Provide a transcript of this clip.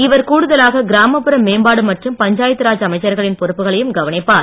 இவர் கூடுதலாக கிராமப்புற மேம்பாடு மற்றும் பஞ்சாயத்து ராஜ் அமைச்சகங்களின் பொறுப்புகளையும் கவனிப்பார்